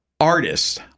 artists